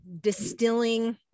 distilling